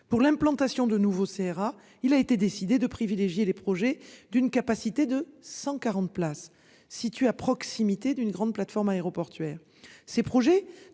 pour l'implantation de nouveau CRA. Il a été décidé de privilégier les projets d'une capacité de 140 places, situé à proximité d'une grande plateforme aéroportuaire, ces projets